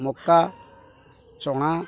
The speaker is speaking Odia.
ମକା ଚଣା